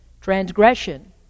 transgression